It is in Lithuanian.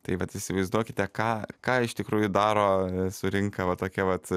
tai vat įsivaizduokite ką ką iš tikrųjų daro surinka va tokia vat